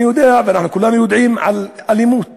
אני יודע ואנחנו כולנו יודעים על אלימות